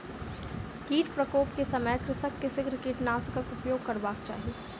कीट प्रकोप के समय कृषक के शीघ्र कीटनाशकक उपयोग करबाक चाही